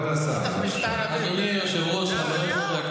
יוראי, עכשיו תשמע רגע משהו.